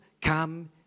come